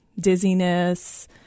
dizziness